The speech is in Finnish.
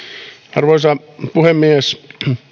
arvoisa puhemies